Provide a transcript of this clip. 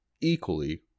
equally